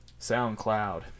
SoundCloud